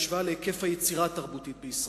בהשוואה להיקף היצירה התרבותית בישראל.